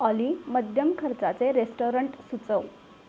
ऑली मध्यम खर्चाचे रेस्टॉरंट सुचव